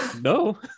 No